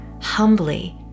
humbly